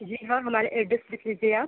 जी हाँ हमारा एड्रेस लिख लीजिए आप